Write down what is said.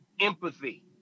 empathy